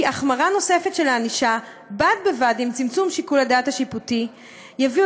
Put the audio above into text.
החמרה נוספת של הענישה בד בבד עם צמצום שיקול הדעת השיפוטי יביאו